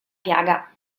piaga